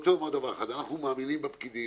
אנחנו מאמינים בפקידים,